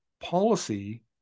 policy